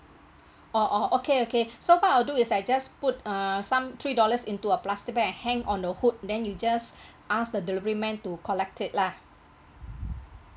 orh orh okay okay so far I'll do is I just put err some three dollars into a plastic bag and hang on the hook then you just ask the delivery man to collect it lah